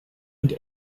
and